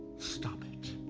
stop it